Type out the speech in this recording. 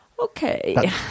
Okay